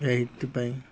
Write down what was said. ଏଇଥି ପାଇଁ